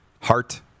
heart